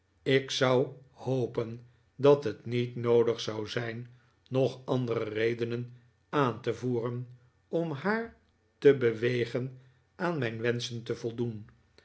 ik zou hopen dat het niet noodig zou zijn nog andere redenen aan te voeren om haar te bewegen aan mijn wenschen te voldoen